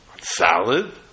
salad